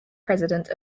president